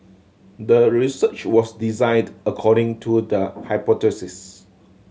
the research was designed according to the hypothesis